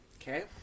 Okay